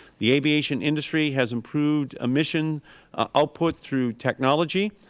the aviation industry has improved emission output through technology,